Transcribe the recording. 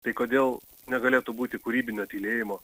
tai kodėl negalėtų būti kūrybinio tylėjimo